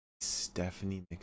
Stephanie